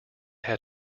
had